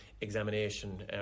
examination